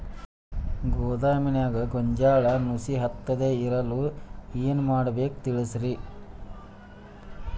ಗೋದಾಮಿನ್ಯಾಗ ಗೋಂಜಾಳ ನುಸಿ ಹತ್ತದೇ ಇರಲು ಏನು ಮಾಡಬೇಕು ತಿಳಸ್ರಿ